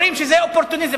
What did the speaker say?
אומרים שזה אופורטוניזם.